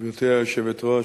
גברתי היושבת-ראש,